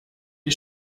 die